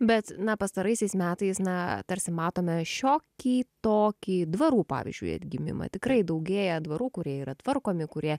bet na pastaraisiais metais na tarsi matome šiokį tokį dvarų pavyzdžiui atgimimą tikrai daugėja dvarų kurie yra tvarkomi kurie